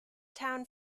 town